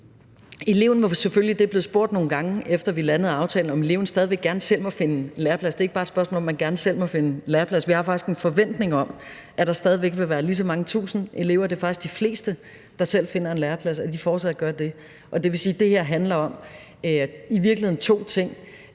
Eleven må selvfølgelig – det er der blevet spurgt til nogle gange, efter at vi landede aftalen – stadig væk gerne selv finde en læreplads. Det er ikke bare et spørgsmål om, at man gerne selv må finde en læreplads; vi har faktisk en forventning om, at der stadig væk vil være lige så mange tusinde elever, der fortsat selv finder en læreplads – det er faktisk de fleste, der gør det. Det vil sige, at det her i virkeligheden handler